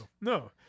No